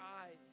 eyes